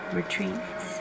retreats